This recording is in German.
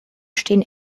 stehen